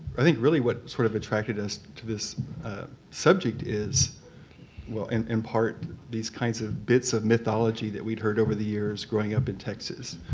i think really what sort of attracted us to this subject is well in in part these kinds of bits of mythology that we'd heard over the years growing up in texas.